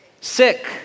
Sick